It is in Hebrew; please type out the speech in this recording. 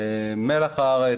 מלח הארץ,